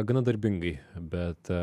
gana darbingai bet